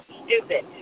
stupid